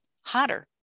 hotter